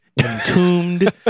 entombed